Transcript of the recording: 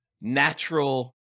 natural